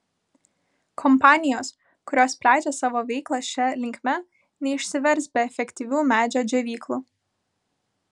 kompanijos kurios plečia savo veiklą šia linkme neišsivers be efektyvių medžio džiovyklų